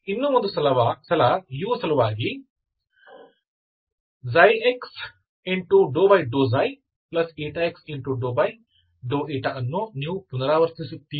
ಇನ್ನೂ ಒಂದು ಸಲ u ಸಲುವಾಗಿ ξx x ಅನ್ನು ನೀವು ಪುನರಾವರ್ತಿಸುತ್ತೀರಿ